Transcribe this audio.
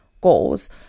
goals